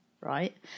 right